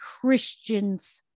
Christian's